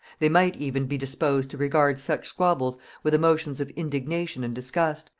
they might even be disposed to regard such squabbles with emotions of indignation and disgust,